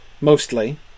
mostly